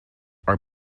are